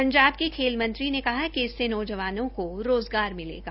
पंजाब के खेल मंत्री ने कहा कि इससे नौजवानों को रोज़गार मिलेगा